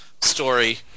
story